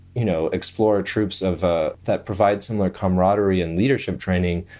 you know, explore our troops of ah that provides similar camaraderie and leadership training,